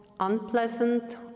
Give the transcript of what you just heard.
unpleasant